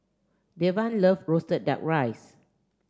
Devan loves roasted duck rice